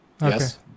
Yes